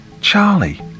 Charlie